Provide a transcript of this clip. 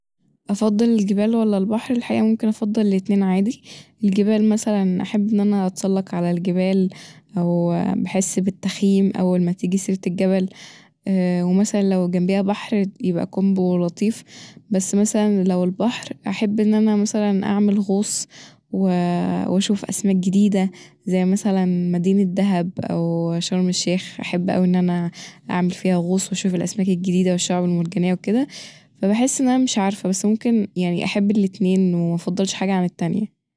أفضل الجبال ولا البحر؟ الحقيقة ممكن أفضل الأتنين عادي، الجبال مثلا أحب ان انا اتسلق علي الجبال او بحس بالتخييم أول ما تيجي سيرة الجبل ومثلا لو جمبيها بحر يبقي كومبو لطيف بس مثلا لو البحر احب مثلا ان انا اعمل غوص وأشوف أسماك جديدة زي مثلا مدينة دهب أو شرم الشيخ أحب ان انا أوي اعمل فيها غوص وأشوف الاسماك الجديده والشعب المرجانية وكدا فبحس ان انا مش عارفه بس ممكن يعني أحب الأتنين ومفضلش حاجه عن التانية